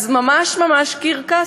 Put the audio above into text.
אז, ממש ממש קרקס.